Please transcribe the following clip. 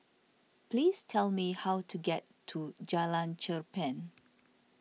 please tell me how to get to Jalan Cherpen